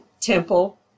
temple